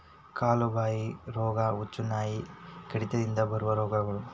ಕಾಲು ಬಾಯಿ ರೋಗಾ, ಹುಚ್ಚುನಾಯಿ ಕಡಿತದಿಂದ ಬರು ರೋಗಗಳು